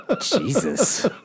Jesus